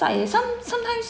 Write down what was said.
time some sometimes